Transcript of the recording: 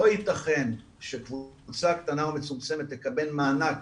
לא יתכן שקבוצה קטנה ומצומצמת תקבל מענק